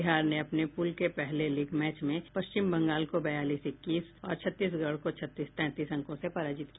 बिहार ने अपने पूल के पहले लीग मैच में पश्चिम बंगाल को बयालीस इक्कसी और छत्तीसगढ़ को छत्तीस तैंतीस अंकों से पराजित किया